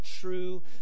true